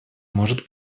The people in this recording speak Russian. может